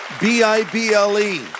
B-I-B-L-E